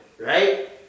Right